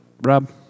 Rob